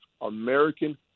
American